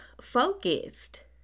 focused